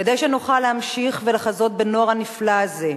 כדי שנוכל להמשיך ולחזות בנוער הנפלא הזה,